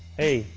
a